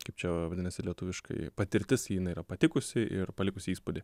kaip čia vadinasi lietuviškai patirtis jinai yra patikusi ir palikusi įspūdį